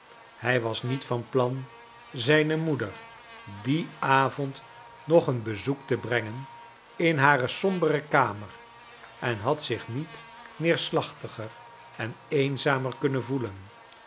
hij was niet van plan zijne moeder dien avond nog een bezoek te brengen in hare sombere kamer en had zich niet neerslachtiger en eenzamer kunnen voelen